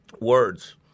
Words